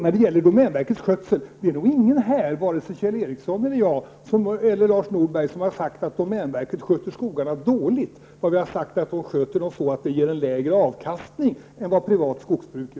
När det gäller domänverkets skötsel av skogar har ingen här, varken Kjell Ericsson, Lars Norberg eller jag, sagt att domänverket sköter skogarna dåligt. Vi har sagt att verket sköter dem så att de ger lägre avkastning än det privata skogsbruket.